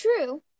True